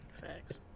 Facts